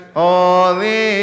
holy